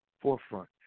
forefront